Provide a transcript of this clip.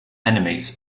enemies